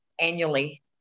annually